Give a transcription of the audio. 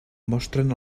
mostren